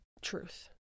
truth